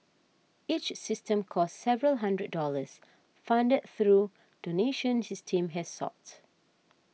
each system costs several hundred dollars funded through donations his team has sought